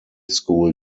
school